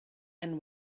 and